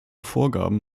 vorgaben